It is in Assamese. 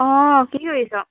অঁ কি কৰিছ